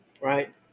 right